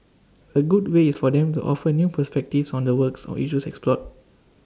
A good way is for them to offer new perspectives on the works or issues explored